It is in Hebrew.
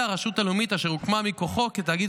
והרשות הלאומית אשר הוקמה מכוחו כתאגיד